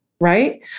Right